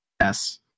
yes